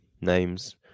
names